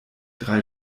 drei